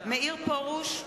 מאיר פרוש,